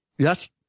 Yes